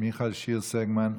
מיכל שיר סגמן,